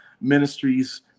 ministries